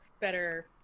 better